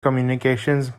communications